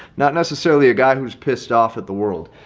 not necessarily a guy who's pissed off at the world.